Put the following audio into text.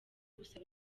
gusa